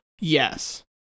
Yes